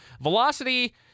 velocity